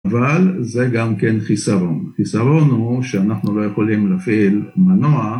אבל זה גם כן חיסרון. חיסרון הוא שאנחנו לא יכולים לפעיל מנוע